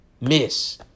miss